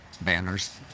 banners